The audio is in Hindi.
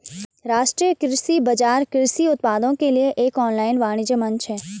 राष्ट्रीय कृषि बाजार कृषि उत्पादों के लिए एक ऑनलाइन वाणिज्य मंच है